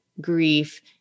grief